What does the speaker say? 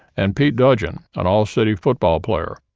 and pete dudgeon, an all-city football player.